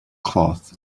cloth